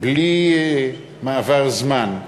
בלי מעבר זמן,